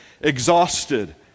exhausted